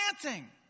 planting